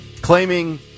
claiming